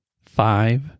five